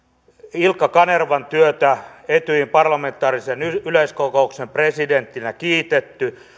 ilkka kanervan työtä etyjin parlamentaarisen yleiskokouksen presidenttinä kiitetty